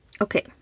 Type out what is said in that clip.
Okay